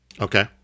Okay